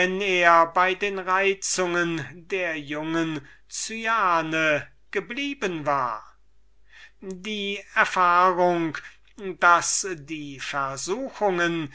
er bei den reizungen der jungen cyane geblieben war die erfahrung daß die versuchungen